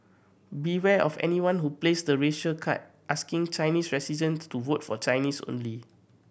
beware of anyone who plays the racial card asking Chinese residents to vote for Chinese only